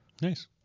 Nice